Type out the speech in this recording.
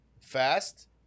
fast